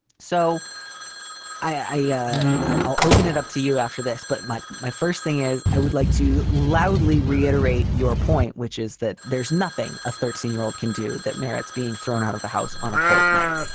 so i yeah i'll open it up to you after this. but, mike, my first thing is i would like to loudly reiterate your point, which is that there's nothing a thirteen year old can do that merits being thrown out of the house on a cold night.